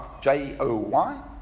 J-O-Y